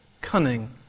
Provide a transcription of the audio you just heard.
cunning